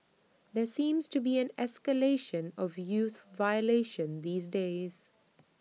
there seems to be an escalation of youth violation these days